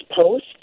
post